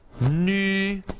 nu